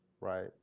Right